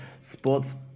sports